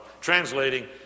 Translating